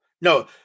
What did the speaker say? No